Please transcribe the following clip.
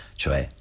cioè